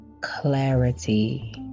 clarity